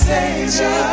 Savior